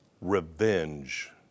Revenge